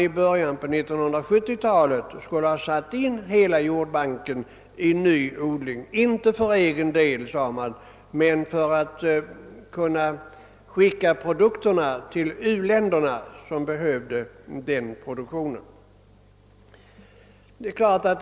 I början på 1970-talet skulle hela jordbanken vara insatt i sin odling, och produkterna härifrån skulle skickas till u-länderna, som behöver denna produktion.